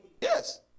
Yes